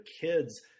kids